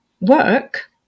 work